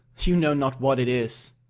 you know not what it is.